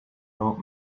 old